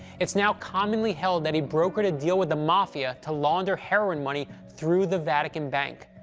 it's now commonly held that he brokered a deal with the mafia to launder heroin money through the vatican bank.